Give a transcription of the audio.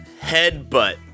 headbutt